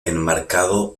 enmarcado